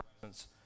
presence